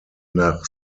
nach